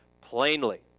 plainly